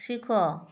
ଶିଖ